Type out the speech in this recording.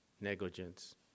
negligence